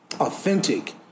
authentic